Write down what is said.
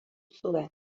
zuen